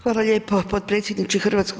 Hvala lijepo potpredsjedniče HS.